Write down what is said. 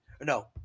No